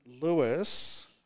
Lewis